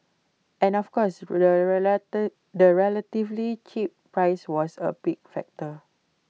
and of course the relatively cheap price was A big factor